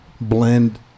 blend